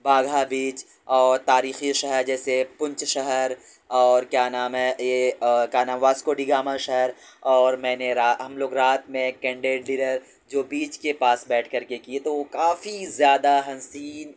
Bagha beach اور تاریخی شہر جیسے پنچ شہر اور کیا نام ہے یہ کا نام ہے واسکو ڈگاما شہر اور میں نے ہم لوگ رات میں کینڈل ڈنر جو بیچ کے پاس بیٹھ کر کے کیے تھے وہ کافی زیادہ حسین